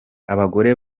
abagore